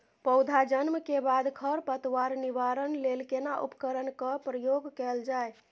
पौधा जन्म के बाद खर पतवार निवारण लेल केना उपकरण कय प्रयोग कैल जाय?